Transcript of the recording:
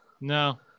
No